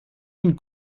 d’une